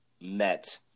met